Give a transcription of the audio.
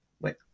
Wait